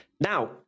Now